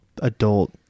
adult